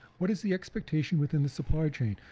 what is the expectation within the supply chain?